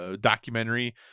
documentary